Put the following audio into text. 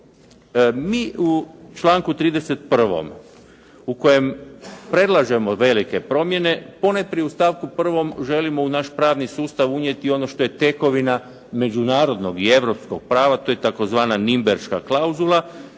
Mi u članku 31. u kojem predlažemo velike promjene, ponajprije u stavku 1. želimo u naš pravni sustav unijeti ono što je tekovina međunarodnog i europskog prava, to je tzv. Ninberška klauzula.